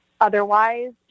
Otherwise